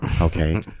okay